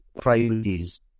priorities